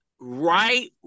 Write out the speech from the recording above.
right